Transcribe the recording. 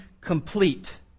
complete